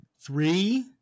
three